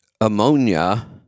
ammonia